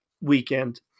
weekend